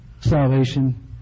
salvation